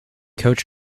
coach